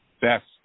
best